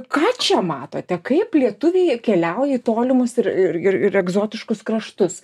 ką čia matote kaip lietuviai keliauja į tolimus ir ir ir egzotiškus kraštus